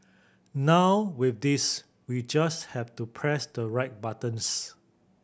now with this we just have to press the right buttons